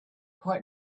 quite